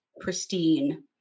pristine